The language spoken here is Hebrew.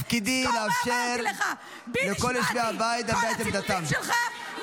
תפקידי לאפשר לכל יושבי הבית להביע את עמדתם.